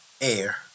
air